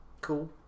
cool